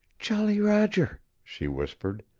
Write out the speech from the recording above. jolly roger! she whispered.